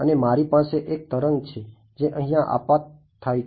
અને મારી પાસે એક તરંગ છે જે અહિયાં આપત થાય છે